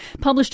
published